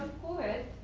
poet,